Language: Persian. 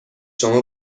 شما